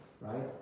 right